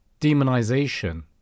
demonization